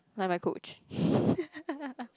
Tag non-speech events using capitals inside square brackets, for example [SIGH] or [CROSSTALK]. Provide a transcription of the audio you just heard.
like my coach [LAUGHS]